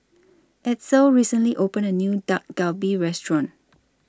Edsel recently opened A New Dak Galbi Restaurant